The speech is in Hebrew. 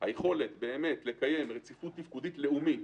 היכולת לקיים רציפות תפקודית לאומית